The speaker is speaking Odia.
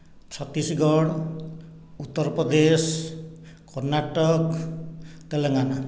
ଛତିଶଗଡ଼ ଉତ୍ତରପ୍ରଦେଶ କର୍ଣ୍ଣାଟକ ତେଲେଙ୍ଗାନା